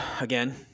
again